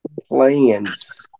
plans